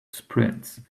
sprints